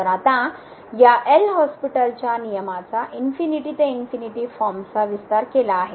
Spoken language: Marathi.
तर आता या एल हॉस्पिटलच्या नियमाचा इनफीनिटी ते इनफीनिटी फॉर्म्सचा विस्तार केला आहे